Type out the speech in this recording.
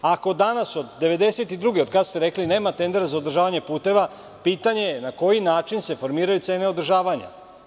Ako danas od 1992. godine, od kad ste rekli, nema tendera za održavanje puteva, pitanje je na koji način se formiraju cene održavanja?